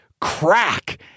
crack